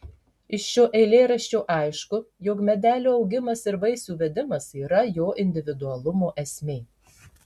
iš šio eilėraščio aišku jog medelio augimas ir vaisių vedimas yra jo individualumo esmė